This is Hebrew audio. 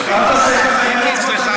אל תעשה ככה עם האצבע,